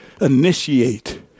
initiate